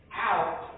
out